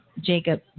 Jacob